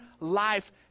life